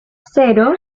cero